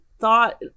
thought